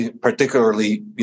particularly